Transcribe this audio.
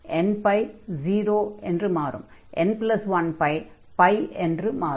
nπ 0 என்றும் n1π π என்றும் மாறும்